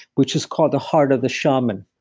which is called the heart of the shaman.